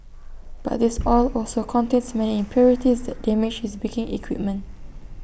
but this oil also contains many impurities that damage his baking equipment